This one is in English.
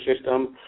system